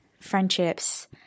friendships